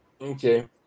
Okay